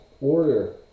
order